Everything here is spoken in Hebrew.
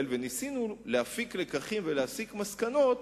וניסינו להפיק לקחים ולהסיק מסקנות,